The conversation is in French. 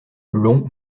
long